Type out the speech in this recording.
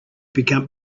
become